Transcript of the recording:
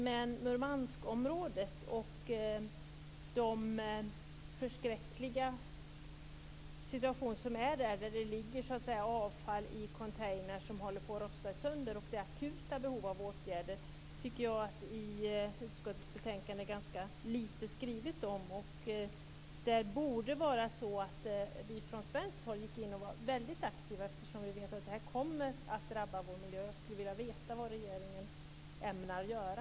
Men Murmanskområdet och den förskräckliga situation som råder där, med avfall i containrar som håller på att rosta sönder och där det alltså finns akuta behov av åtgärder, tycker jag att det i utskottets betänkande är ganska lite skrivet om. Det borde vara så att vi från svenskt håll gick in och var väldigt aktiva eftersom vi vet att det här kommer att drabba vår miljö. Jag skulle vilja veta vad regeringen ämnar göra.